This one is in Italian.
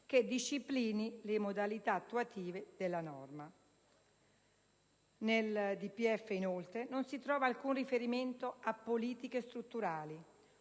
che disciplini le modalità attuative della norma. Nel DPEF, inoltre, non si trova alcun riferimento a politiche strutturali